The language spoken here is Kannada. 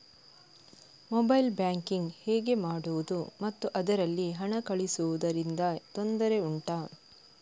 ಮೊಬೈಲ್ ಬ್ಯಾಂಕಿಂಗ್ ಹೇಗೆ ಮಾಡುವುದು ಮತ್ತು ಅದರಲ್ಲಿ ಹಣ ಕಳುಹಿಸೂದರಿಂದ ತೊಂದರೆ ಉಂಟಾ